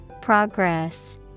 Progress